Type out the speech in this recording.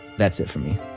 that's it for me